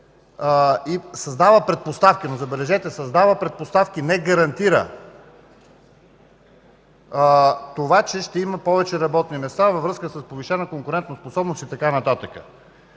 създава предпоставки, но, забележете – създава предпоставки, не гарантира това, че ще има повече работни места във връзка с повишена конкурентоспособност и така нататък.